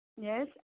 yes